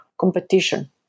competition